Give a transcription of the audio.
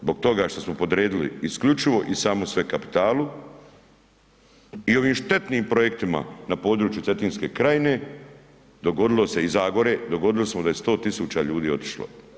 Zbog toga što smo podredili isključivo i samo sve kapitalu i ovim štetnim projektima na području Cetinske krajine dogodilo se, i Zagore, dogodilo se da je 100.000 ljudi otišlo.